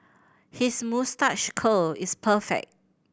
his moustache curl is perfect